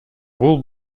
бул